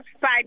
side